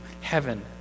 heaven